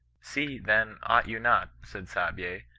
see, then, ought you not said saabye,